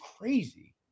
crazy